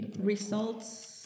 results